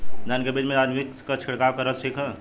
धान के बिज में अलमिक्स क छिड़काव करल ठीक ह?